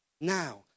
Now